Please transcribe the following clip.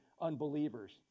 unbelievers